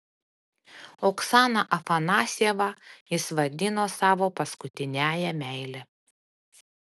oksaną afanasjevą jis vadino savo paskutiniąja meile